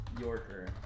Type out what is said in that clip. Yorker